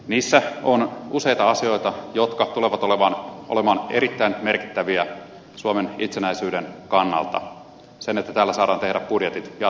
niissä on useita asioita jotka tulevat olemaan erittäin merkittäviä suomen itsenäisyyden kannalta sen kannalta että täällä saadaan tehdä budjetit jatkossakin